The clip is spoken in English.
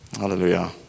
Hallelujah